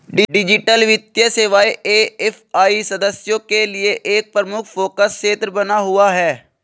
digital वित्तीय सेवाएं AFI सदस्यों के लिए एक प्रमुख फोकस क्षेत्र बना हुआ है